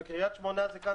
וקרית שמונה זה כאן,